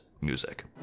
music